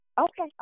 Okay